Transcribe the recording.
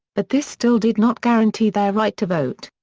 but this still did not guarantee their right to vote.